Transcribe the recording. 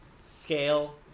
scale